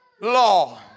law